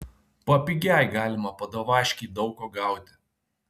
papigiaj galima padavaškėj daug ko gauti